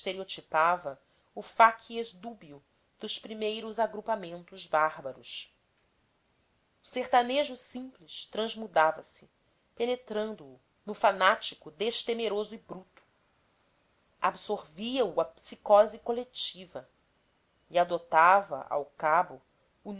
irrevogáveis canudos estereotipava o facies dúbio dos primeiros agrupamentos bárbaros o sertanejo simples transmudava se penetrando o no fanático destemeroso e bruto absorvia o a psicose coletiva e adotava ao cabo